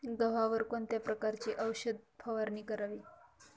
गव्हावर कोणत्या प्रकारची औषध फवारणी करावी?